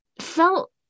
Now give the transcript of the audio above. felt